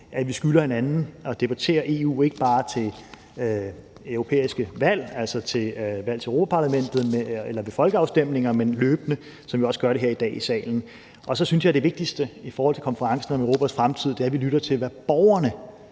at vi skylder hinanden at debattere EU, ikke bare til europæiske valg, altså valg til Europa-Parlamentet eller ved folkeafstemninger, men løbende, som vi også gør det her i dag i salen. Og så synes jeg, at det vigtigste i forhold til konferencen om Europas fremtid er, at vi lytter til, hvordan borgerne